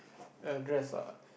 address ah